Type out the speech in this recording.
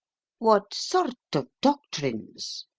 what sort of doctrines?